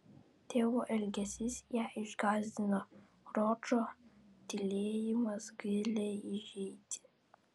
tėvo elgesys ją išgąsdino ročo tylėjimas giliai įžeidė